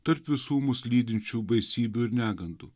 tarp visų mus lydinčių baisybių ir negandų